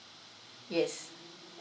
yes